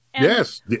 Yes